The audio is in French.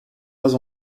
pas